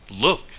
LOOK